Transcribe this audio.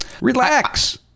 Relax